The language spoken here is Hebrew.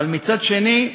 אבל מצד שני,